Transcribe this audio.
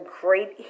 great